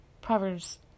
Proverbs